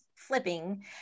flipping